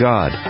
God